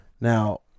Now